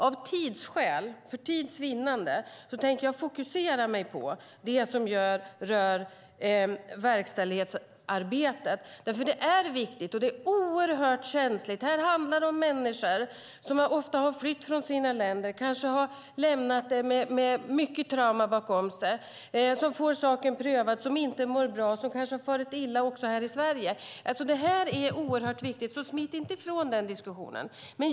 Av tidsskäl tänker jag fokusera på det som rör verkställighetsarbetet. Det är viktigt, och det är oerhört känsligt. Detta handlar ofta om människor som har flytt från sina länder och kanske har lämnat dem med stora trauman bakom sig. De får saken prövad, de mår inte bra och de har kanske farit illa också här i Sverige. Detta är oerhört viktigt, så smit inte ifrån diskussionen!